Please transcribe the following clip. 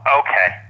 okay